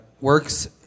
works